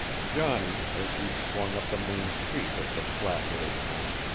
johnny, as he swung up the main street of the flat little town,